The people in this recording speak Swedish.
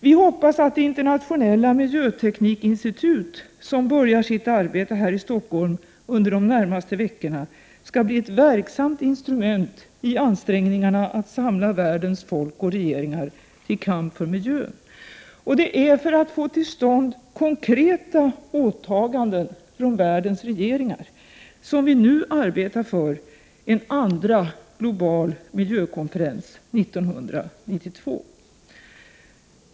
Vi hoppas att det internationella miljöteknikinstitut som börjar sitt arbete här i Stockholm under de närmaste veckorna skall bli ett verksamt instrument i ansträngningarna för att samla världens folk och regeringar till kamp för miljön. Det är för att få till stånd konkreta åtaganden från världens regeringar som vi nu arbetar för en andra global miljökonferens år 1992.